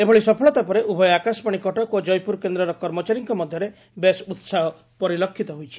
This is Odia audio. ଏଭଳି ସଫଳତା ପରେ ଉଭୟ ଆକାଶବାଶୀ କଟକ ଓ ଜୟପୁର କେନ୍ଦ୍ରର କର୍ମଚାରୀଙ୍କ ମଧ୍ଧରେ ବେଶ୍ ଉହାହ ପରିଲକ୍ଷିତ ହୋଇଛି